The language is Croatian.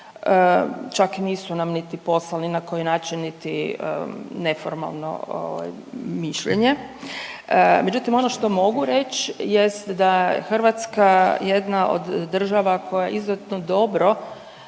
Čak nisu nam niti poslali na koji način niti neformalno mišljenje, međutim ono što mogu reći jest da je Hrvatska jedna od država koja izuzetno dobro